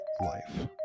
life